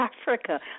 Africa